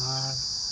ᱟᱨ